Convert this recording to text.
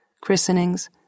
christenings